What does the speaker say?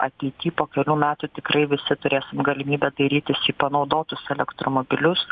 ateity po kelių metų tikrai visi turėsim galimybę dairytis į panaudotus elektromobilius